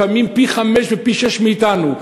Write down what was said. לפעמים פי-חמישה ופי-שישה מאתנו,